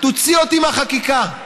תוציא אותי מהחקיקה.